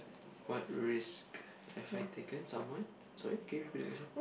what risk have I taken someone sorry can you repeat the question